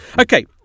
Okay